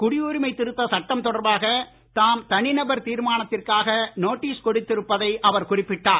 குடியுரிமை திருத்தச் சட்டம் தொடர்பாக தாம் தனிநபர் தீர்மானத்திற்கான நோட்டீஸ் கொடுத்திருப்பதை அவர் குறிப்பிட்டார்